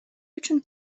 үчүн